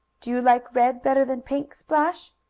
do you like red better than pink, splash?